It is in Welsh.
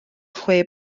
chwe